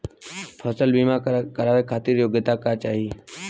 फसल बीमा करावे खातिर योग्यता का चाही?